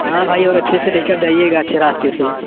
ہاں بھائی اور اچھے سے لے کر جائیے گا اچھے راستے سے